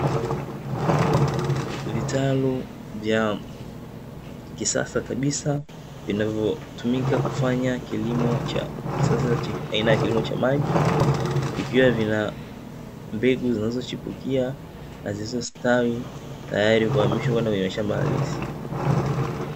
Vitalu vya kisasa kabisa vinavyotumika kufanya kilimo cha kisasa cha aina ya kilimo cha maji, vikiwa vina mbegu zinazochipukia na zilizo stawi tayari kuhamishwa kwenda kwenye mashamba halisi.